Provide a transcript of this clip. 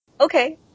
Okay